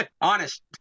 Honest